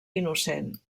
innocent